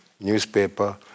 newspaper